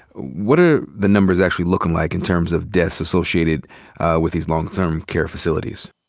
what are the numbers actually looking like, in terms of deaths associated with these long term care facilities?